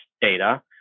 data